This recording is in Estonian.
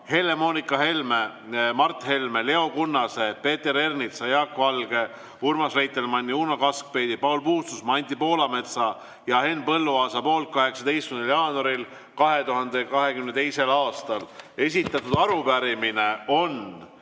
Helle-Moonika Helme, Mart Helme, Leo Kunnase, Peeter Ernitsa, Jaak Valge, Urmas Reitelmanni, Uno Kaskpeiti, Paul Puustusmaa, Anti Poolametsa ja Henn Põlluaasa 18. jaanuaril 2022. aastal esitatud arupärimine